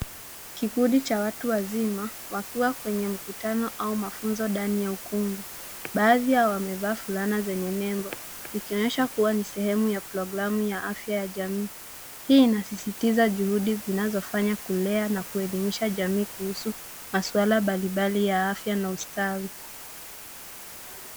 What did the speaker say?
Kikundi cha watu wazima wakiwa kwenye mkutano au mafunzo ndani ya ukumbi. Baadhi yao wamevaa fulana zenye nembo zikionyesha kuwa ni sehemu ya programu ya afya ya jamii. Hii inasisitiza juhudi zinazo fanya kulea na kuelimisha jamii kuhusu maswala mbalimbali ya afya na ustawi.